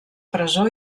presó